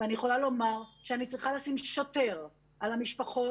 ואני יכולה לומר שאני צריכה לשים שוטר על המשפחות